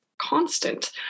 constant